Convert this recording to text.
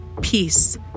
peace